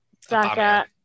Saka